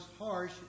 harsh